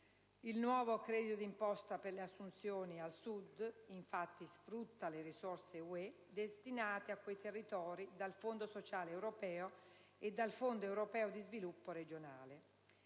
Il nuovo credito d'imposta per le assunzioni al Sud, infatti, sfrutta le risorse UE destinate a quei territori dal fondo sociale europeo e dal fondo europeo di sviluppo regionale.